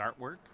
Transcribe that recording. artwork